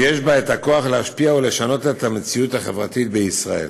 ויש בה הכוח להשפיע ולשנות את המציאות החברתית בישראל.